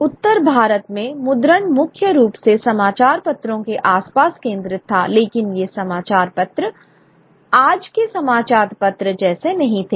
उत्तर भारत में मुद्रण मुख्य रूप से समाचार पत्रों के आसपास केंद्रित था लेकिन ये समाचार पत्र आज के समाचार पत्र जैसे नहीं थे